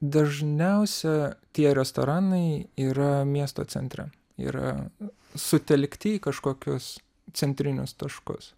dažniausia tie restoranai yra miesto centre yra sutelkti į kažkokius centrinius taškus